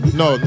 no